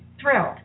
thrilled